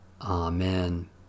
Amen